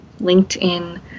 LinkedIn